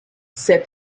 said